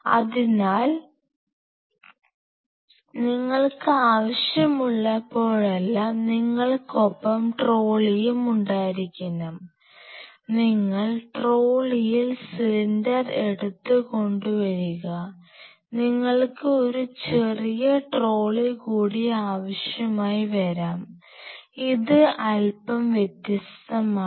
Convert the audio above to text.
അതിനാൽ നിങ്ങൾക്ക് ആവശ്യമുള്ളപ്പോഴെല്ലാം നിങ്ങൾക്കൊപ്പം ട്രോളിയും ഉണ്ടായിരിക്കണം നിങ്ങൾ ട്രോളിയിൽ സിലിണ്ടർ എടുത്ത് കൊണ്ടുവരിക നിങ്ങൾക്ക് ഒരു ചെറിയ ട്രോളി കൂടി ആവശ്യമായി വരാം ഇത് അല്പം വ്യത്യസ്തമാണ്